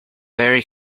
very